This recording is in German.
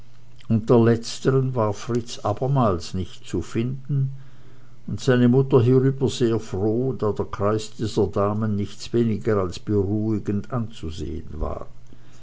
letzteren war fritz abermals nicht zu finden und seine mutter hierüber sehr froh da der kreis dieser damen nichts weniger als beruhigend anzusehen war